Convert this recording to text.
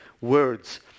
words